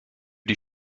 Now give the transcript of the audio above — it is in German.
die